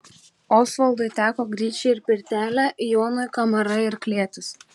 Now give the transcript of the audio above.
osvaldui teko gryčia ir pirtelė jonui kamara ir klėtis